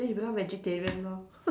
then you become vegetarian lor